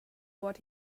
what